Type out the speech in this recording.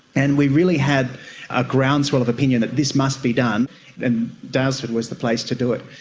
and we really had a groundswell of opinion that this must be done and daylesford was the place to do it.